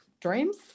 dreams